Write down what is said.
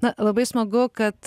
na labai smagu kad